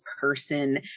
person